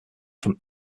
from